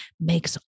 makes